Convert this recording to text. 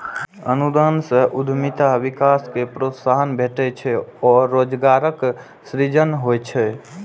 अनुदान सं उद्यमिता विकास कें प्रोत्साहन भेटै छै आ रोजगारक सृजन होइ छै